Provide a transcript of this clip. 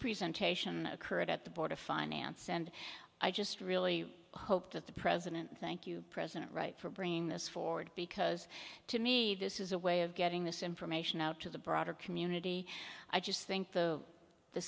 presentation occurred at the board of finance and i just really hope that the president thank you president right for bringing this forward because to me this is a way of getting this information out to the broader community i just think the the